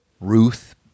Ruth